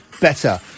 better